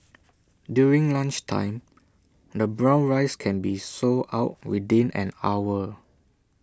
during lunchtime the brown rice can be sold out within an hour